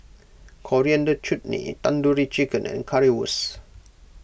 Coriander Chutney Tandoori Chicken and Currywurst